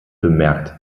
bemerkt